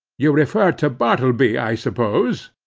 you refer to bartleby, i suppose.